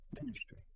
ministry